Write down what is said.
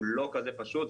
הוא לא כזה פשוט,